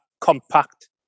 compact